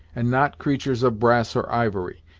and not creatur's of brass or ivory.